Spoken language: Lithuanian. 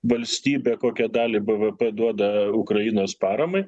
valstybė kokią dalį b v p duoda ukrainos paramai